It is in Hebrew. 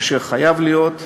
אשר חייב להיות,